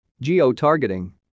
Geo-targeting